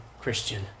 Christian